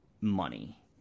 money